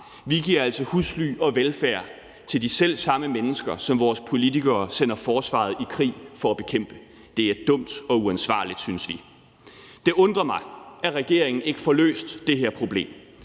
Vi giver altså husly og velfærd til de selv samme mennesker, som vores politikere sender forsvaret i krig for at bekæmpe. Det er dumt og uansvarligt, synes vi. Det undrer mig, at regeringen ikke får løst det her problem.